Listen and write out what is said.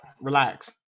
Relax